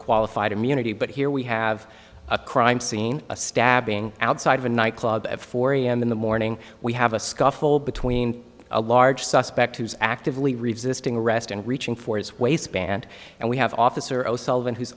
qualified immunity but here we have a crime scene a stabbing outside of a nightclub at four am in the morning we have a scuffle between a large suspect who is actively resisting arrest and reaching for his waistband and we have officer o'sullivan who